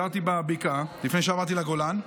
גרתי בבקעה לפני שעברתי לגולן,